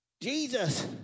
Jesus